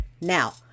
Now